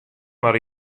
mar